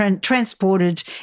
transported